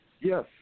Yes